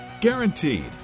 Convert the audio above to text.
Guaranteed